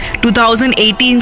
2018